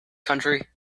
country